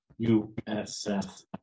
USS